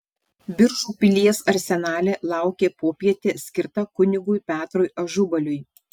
biržų pilies arsenale laukė popietė skirta kunigui petrui ažubaliui